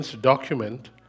document